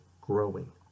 growing